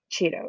Cheetos